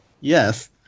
Yes